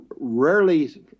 rarely